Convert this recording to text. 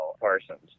Parsons